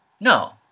No